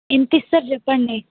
ఎంతిస్తారు చెప్పండి